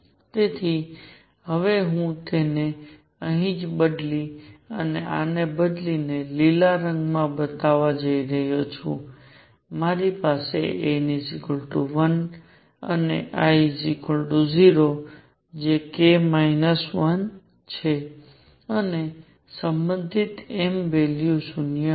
તેથી હવે હું તેને અહીં જ બદલી અને આને બદલે લીલા રંગ માં બતાવવા જઈ રહ્યો છું મારી પાસે n 1 અને l 0 જે k 1 છે અને સંબંધિત m વેલ્યુ 0 હશે